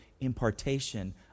impartation